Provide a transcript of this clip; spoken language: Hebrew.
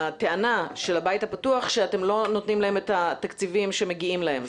הטענה של הבית הפתוח שאתם לא נותנים להם את התקציבים שמגיעים להם.